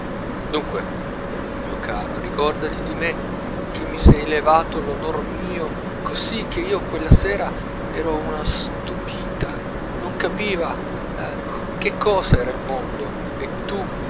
dunque mio caro ricordati di mè che mi sei levato l'onor mio così che io quella sera ero una stupita non capiva che cosa era il mondo e tu